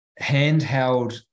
handheld